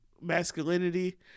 masculinity